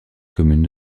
commune